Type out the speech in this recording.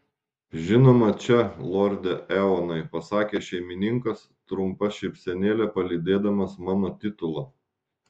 žinoma čia lorde eonai pasakė šeimininkas trumpa šypsenėle palydėdamas mano titulą